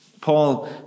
Paul